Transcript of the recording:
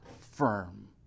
firm